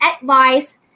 advice